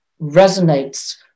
resonates